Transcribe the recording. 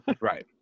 Right